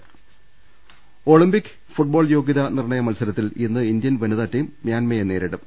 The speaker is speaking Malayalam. ദർവ്വെട്ടറ ഒളിംമ്പിക്സ് ഫുട്ബോൾ യോഗ്യത നിർണയ മത്സരത്തിൽ ഇന്ന് ഇന്ത്യൻ വനിതാ ടീം മ്യാൻമറിനെ നേരിടും